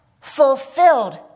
fulfilled